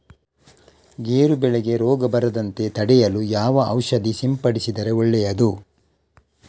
ಗೇರು ಬೆಳೆಗೆ ರೋಗ ಬರದಂತೆ ತಡೆಯಲು ಯಾವ ಔಷಧಿ ಸಿಂಪಡಿಸಿದರೆ ಒಳ್ಳೆಯದು?